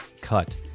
cut